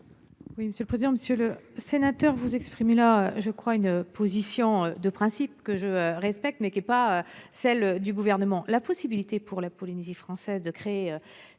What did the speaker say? ? Monsieur le sénateur, vous exprimez une position de principe que je respecte, mais qui n'est pas celle du Gouvernement. La possibilité, pour la Polynésie française, de créer